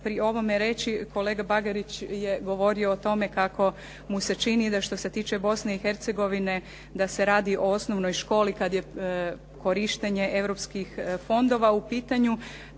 pri ovome reći kolega Bagarić je govorio o tome kako mu se čini da što se tiče Bosne i Hercegovine da se radi o osnovnoj školi kad je korištenje europskih fondova u pitanju.